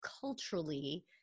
culturally